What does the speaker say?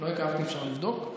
אפשר לבדוק,